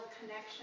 connection